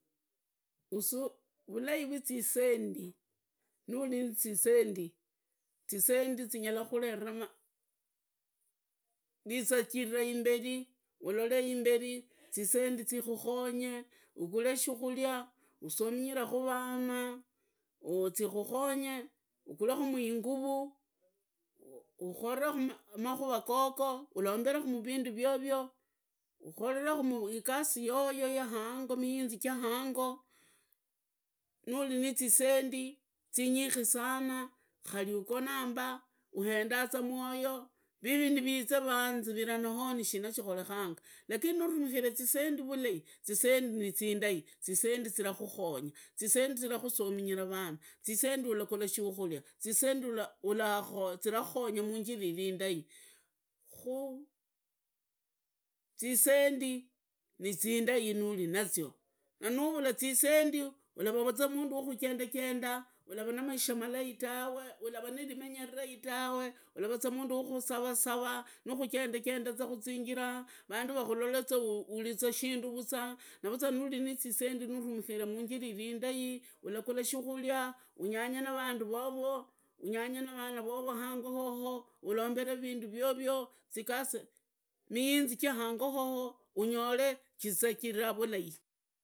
Vulai vwa zisendi, nuli na zisendi, zisendi zinyara khukurevela ulazicharira imberi, zisendi zimukhonye ugure shihuria usominyirekhu vana, zikukhonye, uqullekhu mguru, ukhole khumakura gogo, ulombere mu vindu vyovyo, ukolleku igasi yoyo ya hango miinziri ja hango; nuli na zisendi zinyikhi sana khari ugonaa mba uhenda za mwoyo, viivi niviiza nivanzivira no nishinaa shikorekanga lakini nurumikhire zisendi vulai zisendi nizindai, zisendi zirakhukhonya, zisendi vulai zirakhukhonga muuzira ili indai, khu zisendi nizindai nuli nazio, na nuuvuja zisendi, ulavaza mundu wa kujendajenda ulara namaisha malai tuwe, ulava nilimenya lilaitawe uravaza mundu wa kusarasava, nukhujendajenda muzinjira vandu vakhulaleza ulishindu za navuza uli nizisendi ulumikhira iriindai vovo hango hoho, ulambere sindu vyovyo, mihinziri chz hzngo hoho unyole zizaagira vulai.